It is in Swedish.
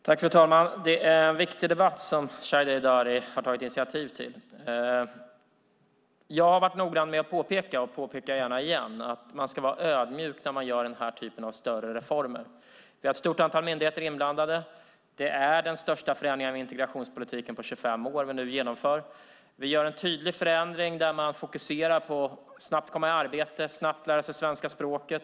Fru talman! Det är en viktig debatt som Shadiye Heydari har tagit initiativ till. Jag har varit noggrann med att påpeka - och jag påpekar gärna igen - att man ska vara ödmjuk när man gör denna typ av större reformer. Vi har ett stort antal myndigheter inblandade. Det är den största förändringen av integrationspolitiken på 25 år som vi nu genomför. Vi gör en tydlig förändring där man fokuserar på att snabbt komma i arbete och snabbt lära sig det svenska språket.